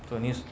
so news